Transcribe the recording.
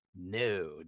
no